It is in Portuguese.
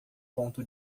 ponto